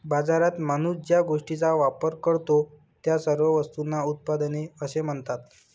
बाजारात माणूस ज्या गोष्टींचा वापर करतो, त्या सर्व वस्तूंना उत्पादने असे म्हणतात